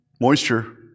moisture